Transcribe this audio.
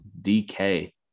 dk